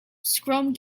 scrum